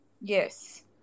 Yes